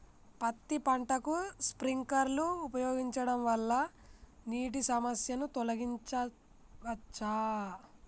పత్తి పంటకు స్ప్రింక్లర్లు ఉపయోగించడం వల్ల నీటి సమస్యను తొలగించవచ్చా?